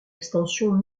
extension